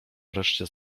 wreszcie